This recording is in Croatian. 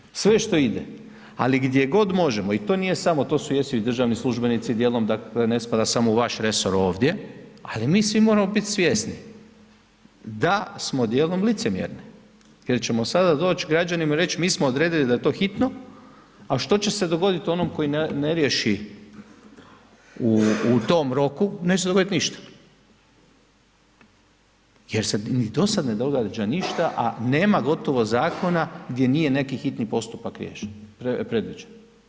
Dakle podržavam sve što ide ali gdje god možemo i to nije samo, to jesu i državni službenici djelom, dakle ne spada samo u vaš resor ovdje ali mi svi moramo bit svjesni da smo djelom licemjerni jer ćemo sada doći građanima i reć mi smo odredili da je to hitno a što će se dogoditi onome koji ne riješi u tom roku, neće se dogoditi ništa jer se ni do sad ne događa ništa a nema gotovo zakona gdje nije neki hitni postupak predviđen.